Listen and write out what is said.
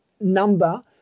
number